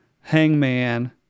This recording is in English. Hangman